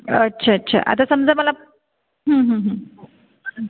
अच्छा अच्छा आता समजा मला